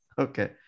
Okay